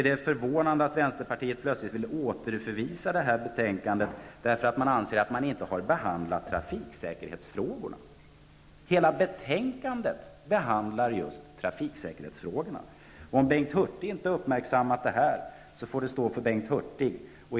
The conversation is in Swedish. Det är förvånande att ni i vänsterpartiet plötsligt vill återförvisa betänkandet med hänvisning till att trafiksäkerhetsfrågorna inte har behandlats. Men då vill jag framhålla att hela betänkandet gäller just trafiksäkerhetsfrågorna. Om Bengt Hurtig inte har uppmärksammat det får det stå för honom.